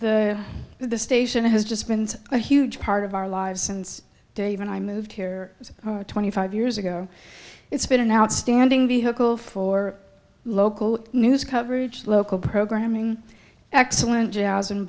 that the station has just been a huge part of our lives since dave and i moved here twenty five years ago it's been an outstanding vehicle for local news coverage local programming excellent jazz and